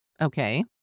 Okay